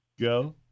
Go